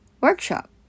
workshop